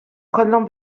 jkollhom